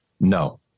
No